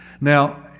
Now